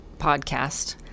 podcast